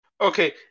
Okay